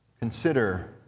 Consider